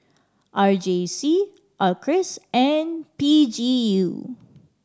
R J C Acres and P G U